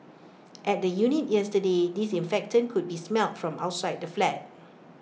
at the unit yesterday disinfectant could be smelt from outside the flat